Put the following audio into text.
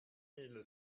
mille